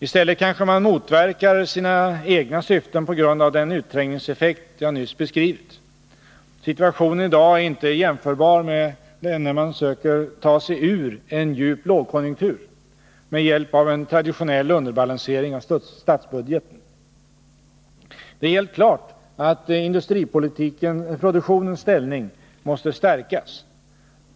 I stället kanske man motverkar sina egna syften på grund av den utträngningseffekt jag nyss beskrivit. Situationen i dag är inte jämförbar med den då man söker ta sig ur en djup lågkonjunktur med hjälp av en traditionell underbalansering av statsbudgeten. Det är helt klart att industriproduktionens ställning måste stärkas.